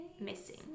Missing